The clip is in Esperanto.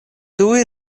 tuj